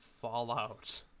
Fallout